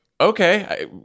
Okay